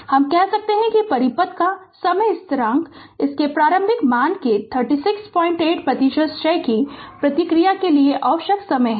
हम कह सकते हैं कि परिपथ का समय स्थिरांक इसके प्रारंभिक मान के 368 प्रतिशत क्षय की प्रतिक्रिया के लिए आवश्यक समय है